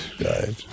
right